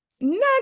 Next